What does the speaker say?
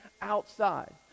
outside